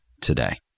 today